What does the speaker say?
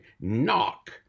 Knock